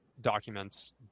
documents